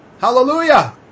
Hallelujah